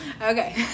Okay